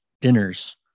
dinners